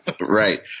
Right